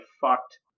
fucked